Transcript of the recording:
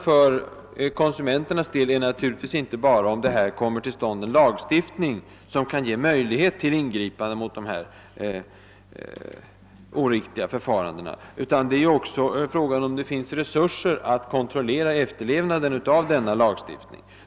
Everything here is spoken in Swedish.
För konsumenternas del räcker det naturligtvis inte med att det kommer till stånd lagstiftning som ger möjligheter till ingripanden mot dessa oriktiga förfaringssätt. Det krävs också resurser för att kontrollera efterlevnaden av en sådan lagstiftning.